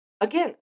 Again